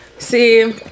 See